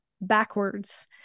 backwards